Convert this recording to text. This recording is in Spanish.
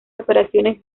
operaciones